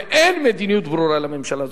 ואין מדיניות ברורה לממשלה הזאת.